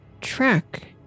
track